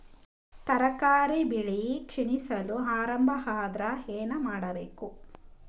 ತರಕಾರಿ ಬೆಳಿ ಕ್ಷೀಣಿಸಲು ಆರಂಭ ಆದ್ರ ಏನ ಮಾಡಬೇಕು?